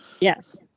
Yes